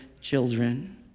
children